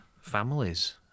families